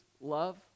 love